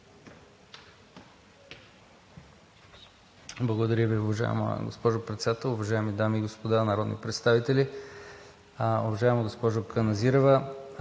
Благодаря Ви, уважаема госпожо Председател! Уважаеми дами и господа народни представители! Уважаема госпожо Каназирева,